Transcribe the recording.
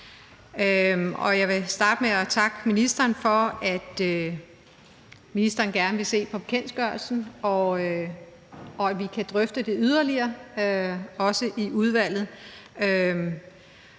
Jeg vil også gerne takke ministeren for, at ministeren gerne vil se på bekendtgørelsen, og at vi kan drøfte det yderligere, også i udvalget.